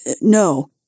No